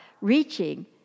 reaching